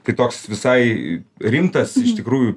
tai toks visai rimtas iš tikrųjų